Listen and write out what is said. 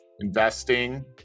investing